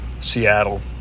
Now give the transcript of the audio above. Seattle